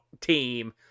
team